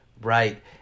Right